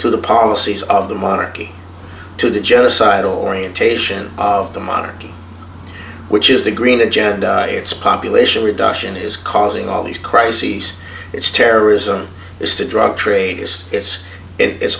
to the policies of the monarchy to the genocidal orientation of the monarchy which is the green agenda its population reduction is causing all these crises it's terrorism it's the drug trade it's it's it's